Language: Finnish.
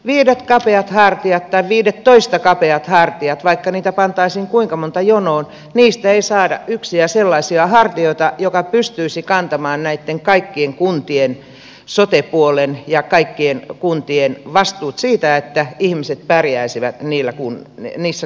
viidet kapeat hartiat tai viidettoista kapeat hartiat vaikka niitä pantaisiin kuinka monta jonoon niistä ei saada yksiä sellaisia hartioita jotka pystyisivät kantamaan näitten kaikkien kuntien sote puolen ja kaikkien kuntien vastuut siitä että ihmiset pärjäisivät niissä kunnissa